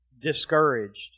discouraged